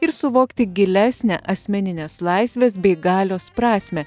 ir suvokti gilesnę asmeninės laisvės bei galios prasmę